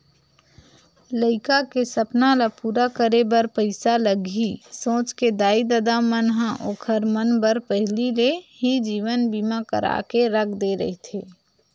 लइका के सपना ल पूरा करे बर पइसा लगही सोच के दाई ददा मन ह ओखर मन बर पहिली ले ही जीवन बीमा करा के रख दे रहिथे